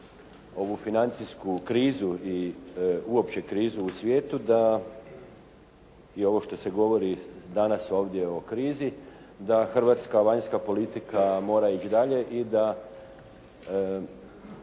hrvatska vanjska politika mora ići dalje i da